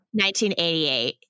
1988